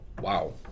wow